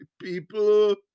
people